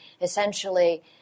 essentially